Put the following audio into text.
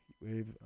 wave